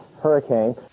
hurricane